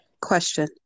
question